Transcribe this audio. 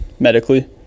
medically